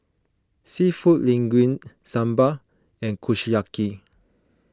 Seafood Linguine Sambar and Kushiyaki